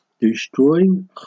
Destroying